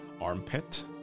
armpit